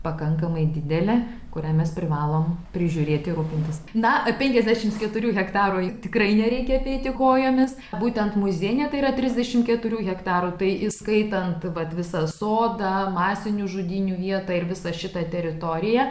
pakankamai didelė kurią mes privalome prižiūrėti rūpintis na penkiasdešimt keturių hektarų tikrai nereikia apeiti kojomis būtent muziejiniai tai yra trisdešimt keturių hektarų tai įskaitant vat visą sodą masinių žudynių vietą ir visą šitą teritoriją